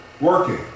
working